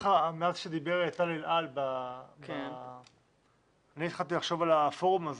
מאז שדיבר טל אל-על, התחלתי לחשוב על הפורום של